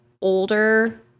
older